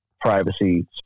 privacy